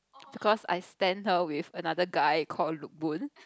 because I stan her with another guy called lookboon